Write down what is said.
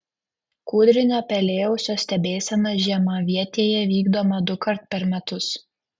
kūdrinio pelėausio stebėsena žiemavietėje vykdoma dukart per metus